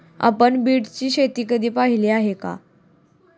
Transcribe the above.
आपण बीटची शेती कधी पाहिली आहे का?